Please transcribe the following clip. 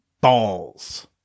balls